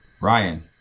Ryan